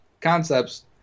concepts –